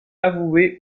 avouer